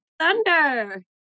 Thunder